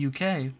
UK